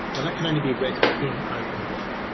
and that can only be read in openbook.